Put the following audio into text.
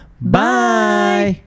bye